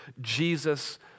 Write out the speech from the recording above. Jesus